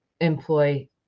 employ